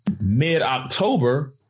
mid-October